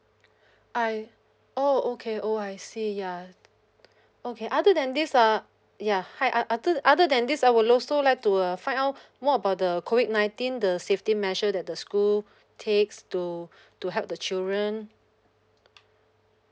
I oh okay oh I see yeah okay other than this uh ya hi oth~ oth~ other other than this I would also like to uh find out more about the COVID nineteen the safety measure that the school takes to to help the children